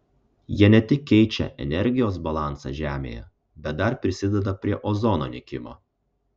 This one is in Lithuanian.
jie ne tik keičia energijos balansą žemėje bet dar prisideda prie ozono nykimo